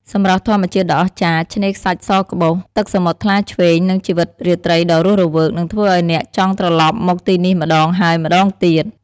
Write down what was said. សម្រស់ធម្មជាតិដ៏អស្ចារ្យ ឆ្នេរខ្សាច់សក្បុស ទឹកសមុទ្រថ្លាឆ្វេង និងជីវិតរាត្រីដ៏រស់រវើក នឹងធ្វើឲ្យអ្នកចង់ត្រឡប់មកទីនេះម្តងហើយម្តងទៀត។